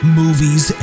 movies